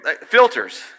Filters